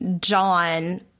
John